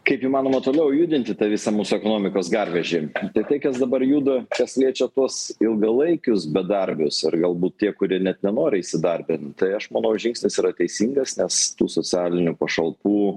kaip įmanoma toliau judinti tą visą mūsų ekonomikos garvežį ir tai kas dabar juda kas liečia tuos ilgalaikius bedarbius ar galbūt tie kurie net nenori įsidarbint tai aš manau žingsnis yra teisingas nes tų socialinių pašalpų